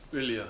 really ah